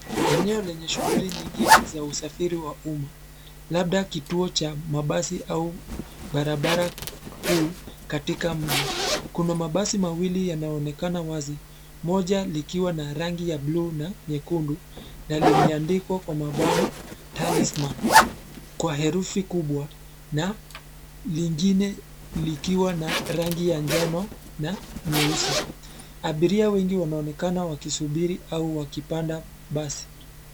Eneo lenye shughuli nyingi za usafiri wa umma, labda kituo cha mabasi au, barabara, kuu, katika mji, kuna mabasi mawili yanaonekana wazi, moja likiwa na rangi ya bluu na nyekundu, na limeandikwa kwa mabano, Talisman , kwa herufi kubwa, na, lingine, likiwa na rangi ya njano, na, nyeusi, abiria wengi wanaonekana wakisubiri au wakipanda, basi.